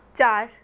ਚਾਰ